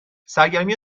سرگرمی